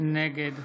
נגד